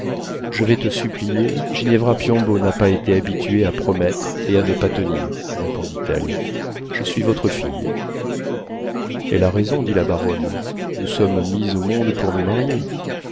je vais te supplier ginevra piombo n'a pas été habituée à promettre et à ne pas tenir répondit-elle je suis votre fille elle a raison dit la baronne nous sommes mises au monde pour nous marier